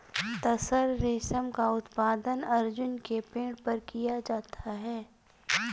तसर रेशम का उत्पादन अर्जुन के पेड़ पर किया जाता है